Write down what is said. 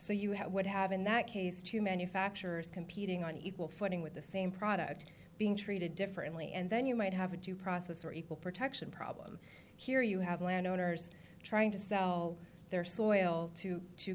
have would have in that case to manufacturers competing on equal footing with the same product being treated differently and then you might have a due process or equal protection problem here you have landowners trying to sell their soil to t